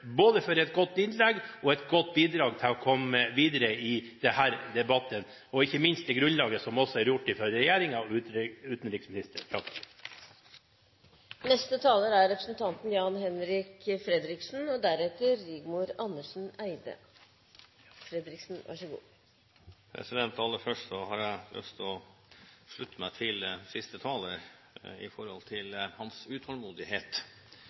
både for et godt innlegg og for et godt bidrag til å komme videre i denne debatten – og ikke minst ros for det grunnlaget som også er lagt av regjeringen og utenriksministeren. Aller først har jeg lyst til å slutte meg til siste taler med hensyn til hans utålmodighet, for det heter seg jo at den som har stor utålmodighet, har mye ugjort. Jeg tror vel vi alle kan se det i